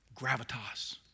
gravitas